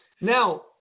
Now